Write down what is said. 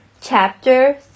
Chapter